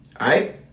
Right